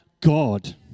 God